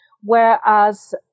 Whereas